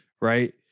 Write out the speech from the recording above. right